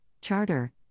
charter